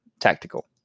Tactical